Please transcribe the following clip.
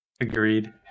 agreed